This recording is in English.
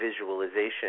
visualization